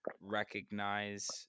recognize